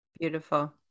Beautiful